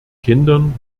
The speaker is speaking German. kindern